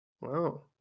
Wow